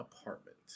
apartment